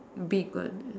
big one